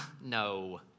No